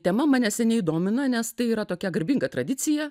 tema mane seniai domina nes tai yra tokia garbinga tradicija